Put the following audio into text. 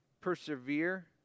persevere